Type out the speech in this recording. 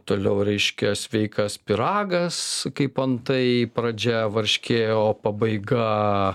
toliau reiškia sveikas pyragas kaip antai pradžia varškė o pabaiga